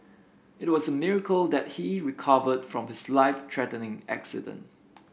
it was a miracle that he recovered from his life threatening accident